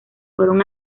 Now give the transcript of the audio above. fueron